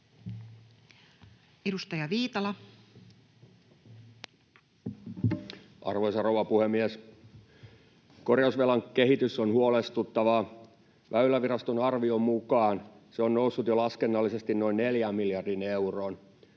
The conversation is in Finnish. Edustaja Viitala. Arvoisa rouva puhemies! Korjausvelan kehitys on huolestuttavaa. Väyläviraston arvion mukaan se on noussut laskennallisesti jo noin neljään miljardiin euroon.